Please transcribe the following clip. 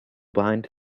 bind